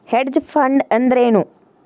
Hedge fund ಅಂದ್ರೇನು?